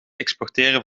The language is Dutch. exporteren